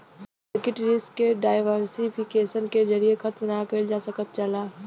market risk के diversification के जरिये खत्म ना कइल जा सकल जाला